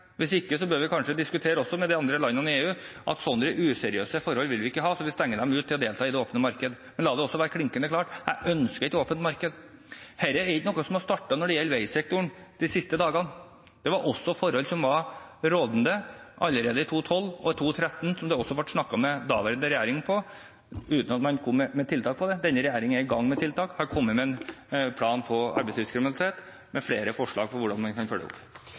Hvis ikke bør vi kanskje diskutere med de andre landene i EU at sånne useriøse forhold vil vi ikke ha, så vi stenger dem ute fra å delta i det åpne markedet. Men la det også være klinkende klart: Jeg ønsker et åpent marked. Dette er ikke noe som har startet når det gjelder veisektoren de siste dagene. Det var også forhold som var rådende allerede i 2012 og 2013, som det også ble snakket om i daværende regjering, uten at man kom med tiltak mot det. Denne regjeringen er i gang med tiltak. Jeg kommer med en plan for arbeidslivskriminaliteten, med flere forslag til hvordan man kan følge opp. Det